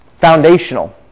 foundational